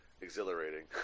exhilarating